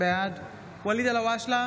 בעד ואליד אלהואשלה,